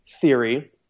theory